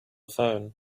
phone